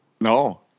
No